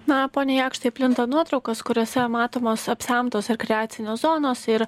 na pone jakštai plinta nuotraukos kuriose matomos apsemtos rekreacinės zonos ir